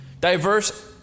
diverse